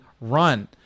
run